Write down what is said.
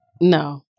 No